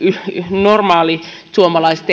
normaalisuomalaiset